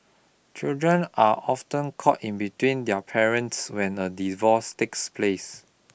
children are often caught in between their parents when a divorce takes place